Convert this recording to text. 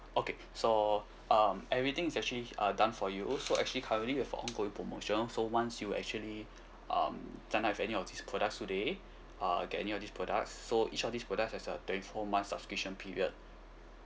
okay so um everything is actually uh done for you so actually currently we have a ongoing promotion so once you actually um sign up with any of these products today uh get any of these products so each of these products has a twenty four months subscription period